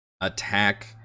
attack